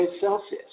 Celsius